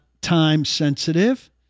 time-sensitive